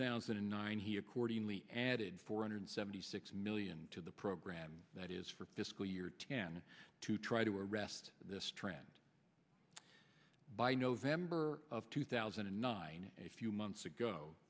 thousand and nine and he accordingly added four hundred seventy six million to the program that is for fiscal year ten to try to arrest this trend by november of two thousand and nine a few months ago